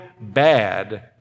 bad